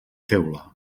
teula